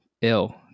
ill